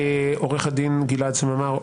עורך הדין גלעד סממה,